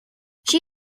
she